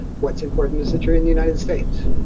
what's important is that you're in the united states.